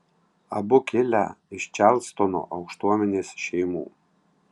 abu kilę iš čarlstono aukštuomenės šeimų